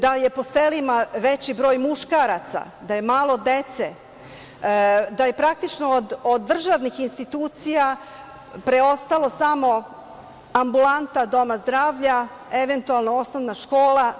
Zatim, da je po selima veći broj muškaraca, da je malo dece, da je praktično od državnih institucija preostalo samo ambulanta doma zdravlja, eventualno osnovna škola.